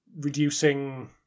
reducing